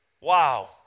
Wow